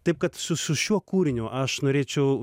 taip kad su su šiuo kūriniu aš norėčiau